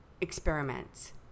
experiments